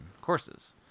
courses